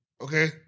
Okay